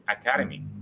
academy